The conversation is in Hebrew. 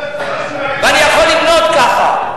ואני יכול למנות ככה,